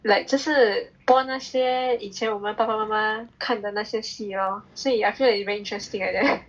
like 这是拨那些以前我们爸爸妈妈看的那些戏 lor 所以 I feel is like very interesting like that